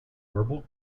verbal